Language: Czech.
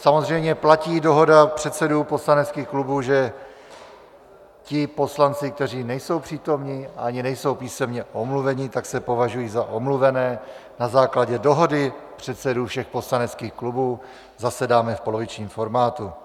Samozřejmě platí dohoda předsedů poslaneckých klubů, že ti poslanci, kteří nejsou přítomni ani nejsou písemně omluveni, se považují za omluvené na základě dohody předsedů všech poslaneckých klubů, zasedáme v polovičním formátu.